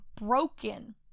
broken